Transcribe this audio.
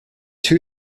two